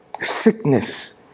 Sickness